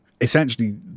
essentially